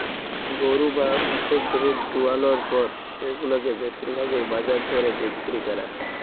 গরু বা মোষের দুহুদ দুয়ালর পর সেগুলাকে বেশির ভাগই বাজার দরে বিক্কিরি ক্যরা হ্যয়